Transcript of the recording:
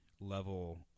level